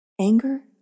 Anger